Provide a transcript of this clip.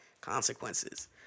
consequences